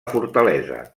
fortalesa